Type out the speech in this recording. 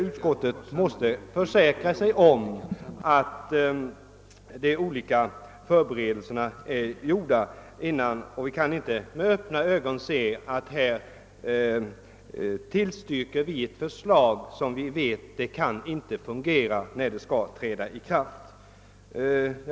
Utskottet måste alltså försäkra sig om att de olika förberedelserna är gjorda; vi kan inte med öppna ögon tillstyrka ett förslag som vi vet inte kan fungera när det skall träda i kraft.